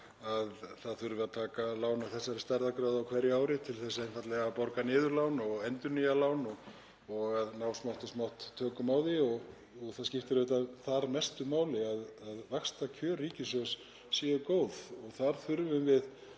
að það þurfi að taka lán af þessari stærðargráðu á hverju ári til þess einfaldlega að borga niður lán og endurnýja lán og ná smátt og smátt tökum á því. Þar skiptir auðvitað mestu máli að vaxtakjör ríkissjóðs séu góð og þar þurfum við